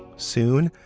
soon,